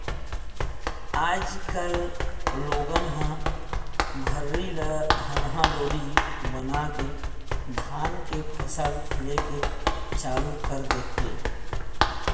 आज कल लोगन ह भर्री ल धनहा डोली बनाके धान के फसल लेके चालू कर दे हे